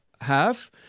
half